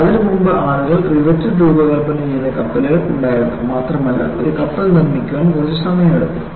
അതിനുമുമ്പ് ആളുകൾ റിവറ്റഡ് രൂപകൽപ്പന ചെയ്ത കപ്പലുകൾ ഉണ്ടാക്കിയിരുന്നു മാത്രമല്ല ഒരു കപ്പൽ നിർമ്മിക്കാൻ കുറച്ച് സമയമെടുക്കും